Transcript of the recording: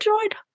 enjoyed